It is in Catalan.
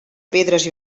pedres